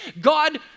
God